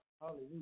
hallelujah